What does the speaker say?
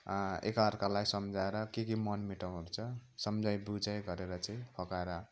एकअर्कालाई सम्झाएर के के मनमुटाउ हुन्छ सम्झाई बुझाई गरेर चाहिँ फकाएर